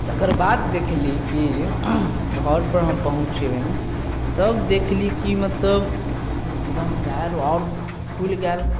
तकर बाद देखली कि घरपर हम पहुँचली तब देखली कि मतलब एकदम पयर आओर फुलि गेल